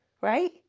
Right